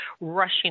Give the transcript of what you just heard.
rushing